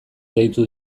deitu